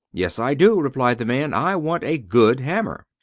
yes, i do, replied the man i want a good hammer.